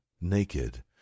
naked